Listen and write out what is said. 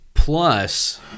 Plus